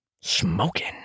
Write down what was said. smoking